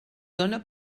dóna